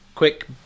quick